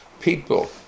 People